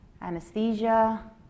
anesthesia